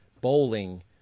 bowling